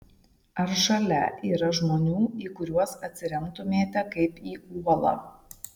ar šalia yra žmonių į kuriuos atsiremtumėte kaip į uolą